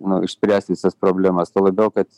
nu išspręst visas problemas tuo labiau kad